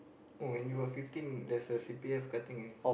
oh when you were fifteen there's a c_p_f cutting eh